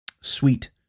sweet